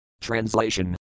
Translation